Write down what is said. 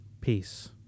peace